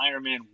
Ironman